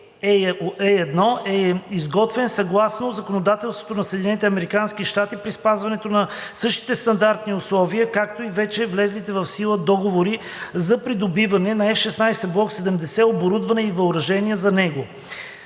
А1 е изготвен съгласно законодателството на САЩ при спазването на същите стандартни условия, както и вече влезлите в сила договори за придобиване на F-16 Block 70, оборудване и въоръжение за него